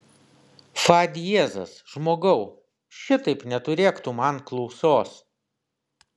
fa diezas žmogau šitaip neturėk tu man klausos